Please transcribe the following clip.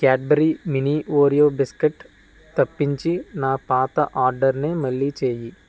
Cadbury mini Oreo biscuit తప్పించి నా పాత ఆర్డర్ని మళ్ళీ చెయ్యి